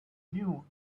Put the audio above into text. knew